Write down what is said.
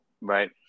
Right